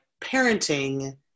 parenting